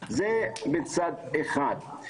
זה בצד אחד.